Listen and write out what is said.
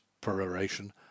peroration